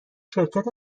شرکت